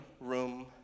room